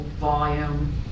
volume